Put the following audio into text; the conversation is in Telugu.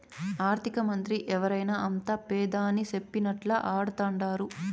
ఆర్థికమంత్రి ఎవరైనా అంతా పెదాని సెప్పినట్లా ఆడతండారు